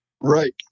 Right